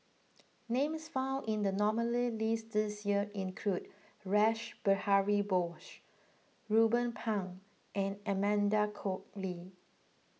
names found in the nominees' list this year include Rash Behari Bose Ruben Pang and Amanda Koe Lee